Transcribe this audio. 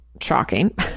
shocking